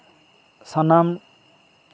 ᱥᱟᱱᱟᱢ